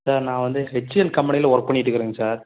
sir நான் வந்து ஹெச்சிஎல் கம்பெனியில ஒர்க் பண்ணிகிட்டு இருக்குறேங்க சார்